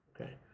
Okay